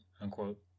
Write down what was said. unquote